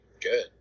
good